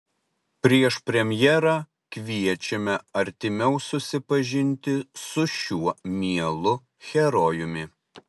prieš premjerą kviečiame artimiau susipažinti su šiuo mielu herojumi